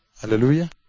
Hallelujah